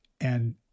And-